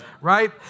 right